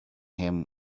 him